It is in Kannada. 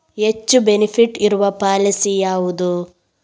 ಹೆಚ್ಚು ಬೆನಿಫಿಟ್ ಇರುವ ಪಾಲಿಸಿ ಯಾವುದು?